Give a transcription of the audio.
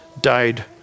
died